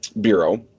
bureau